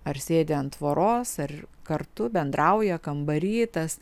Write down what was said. ar sėdi ant tvoros ar kartu bendrauja kambary tas